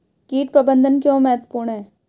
कीट प्रबंधन क्यों महत्वपूर्ण है?